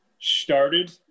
started